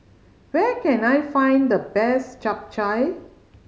where can I find the best Chap Chai